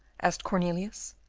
asked cornelius.